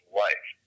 life